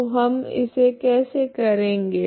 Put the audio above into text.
तो हम इसे कैसे करेगे